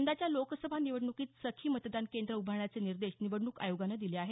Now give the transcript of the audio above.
यंदाच्या लोकसभा निवडणुकीत सखी मतदान केंद्र उभारण्याचे निर्देश निवडणूक आयोगानं दिले आहेत